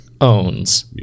owns